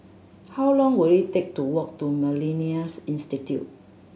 how long will it take to walk to Millennia Institute